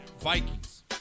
Vikings